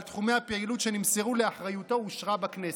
תחומי הפעילות שנמסרו לאחריותו אושרה בכנסת.